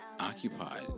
Occupied